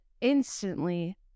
instantly